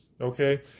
okay